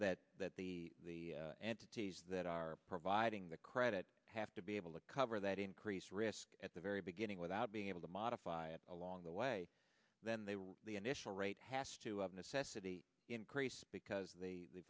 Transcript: that that the entities that are providing the credit have to be able to cover that increase risk at the very beginning without being able to modify it along the way then they will the initial rate has to of necessity increase because the